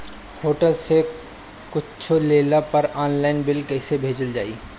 Hotel से कुच्छो लेला पर आनलाइन बिल कैसे भेजल जाइ?